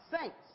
Saints